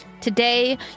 Today